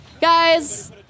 Guys